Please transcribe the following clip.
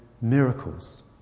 miracles